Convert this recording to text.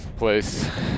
Place